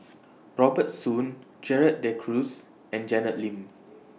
Robert Soon Gerald De Cruz and Janet Lim